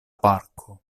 parko